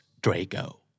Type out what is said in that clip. Draco